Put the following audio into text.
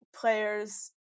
players